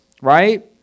right